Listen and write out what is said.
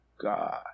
God